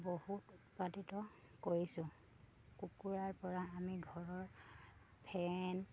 বহুত উৎপাদিত কৰিছোঁ কুকুৰাৰ পৰা আমি ঘৰৰ ফেন